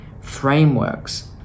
frameworks